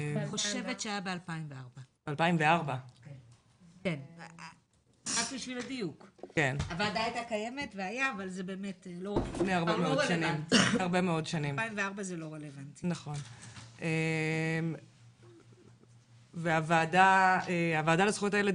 אני חושבת שהיה דיון ב-2004 2004. והוועדה לזכויות הילד,